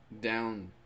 down